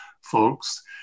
folks